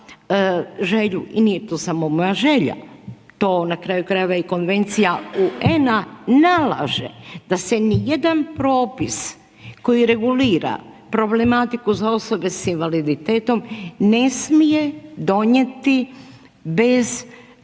i nije to samo moja želja, to na kraju krajeva Konvencija UN-a nalaže da se ni jedan propis koji regulira problematiku za osobe sa invaliditetom ne smije donijeti bez osoba